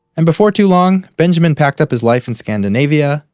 and before too long, benjamin packed up his life in scandinavia,